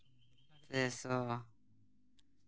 ᱯᱮᱥᱚ